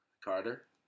Carter